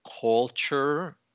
culture